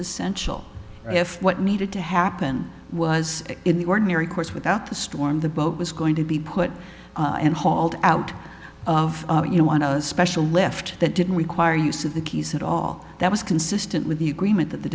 essential if what needed to happen was in the ordinary course without the storm the boat was going to be put and hauled out of special lift that didn't require use of the keys at all that was consistent with the